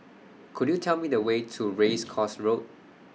Could YOU Tell Me The Way to Race Course Road